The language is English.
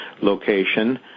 location